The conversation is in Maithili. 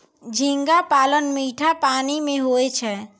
झींगा पालन मीठा पानी मे होय छै